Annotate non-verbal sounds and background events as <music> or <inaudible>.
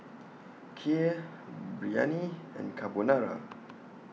<noise> Kheer Biryani and Carbonara